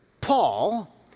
Paul